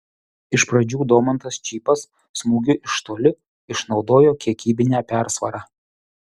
iš pradžių domantas čypas smūgiu iš toli išnaudojo kiekybinę persvarą